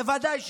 בוודאי שלא.